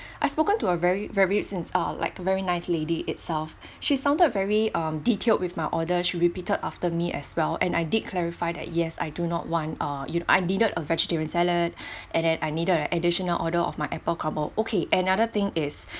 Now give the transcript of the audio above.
I spoken to a very very since uh like very nice lady itself she sounded very um detailed with my order she repeated after me as well and I did clarified that yes I do not want uh you I needed a vegetarian salad and then I needed additional order of my apple crumble okay another thing is